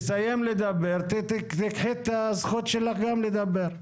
הוא יסיים לדבר, תקבלי גם את הזכות שלך לדבר.